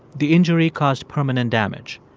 the injury caused permanent damage.